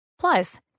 Plus